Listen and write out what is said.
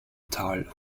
tal